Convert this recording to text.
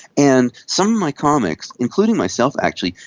and some of my comics, including myself actually,